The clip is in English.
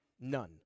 None